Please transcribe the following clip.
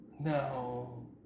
No